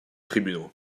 tribunaux